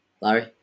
Larry